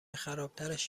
خرابترش